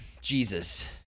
Jesus